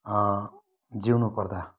जिउनु पर्दा